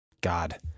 God